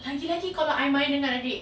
lagi-lagi kalau I main dengan adik